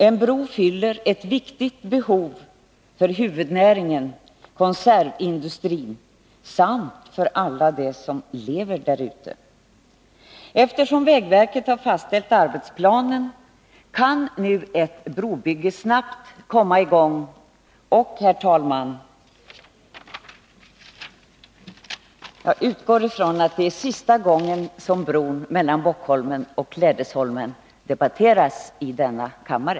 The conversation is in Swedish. En bro fyller ett viktigt behov för huvudnäringen, konservindustrin, samt för alla dem som lever där ute. Eftersom vägverket har fastställt arbetsplanen kan ett brobygge snabbt komma i gång. Herr talman! Jag utgår från att detta är sista gången som bron mellan Bockholmen och Klädesholmen debatteras i denna kammare.